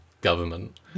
government